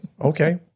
Okay